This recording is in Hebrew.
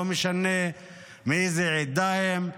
לא משנה מאיזה עדה הם,